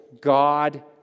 God